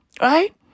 right